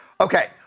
Okay